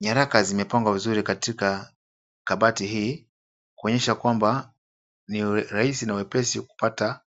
Nyaraka zimepangwa vizuri katika kabati hii kuonyesha kwamba ni rahisi na wepesi wa kupata